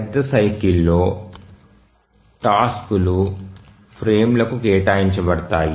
పెద్ద సైకిల్ లో టాస్క్ లు ఫ్రేమ్లకు కేటాయించబడతాయి